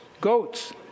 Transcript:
Goats